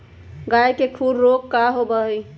गाय के खुर रोग का होबा हई?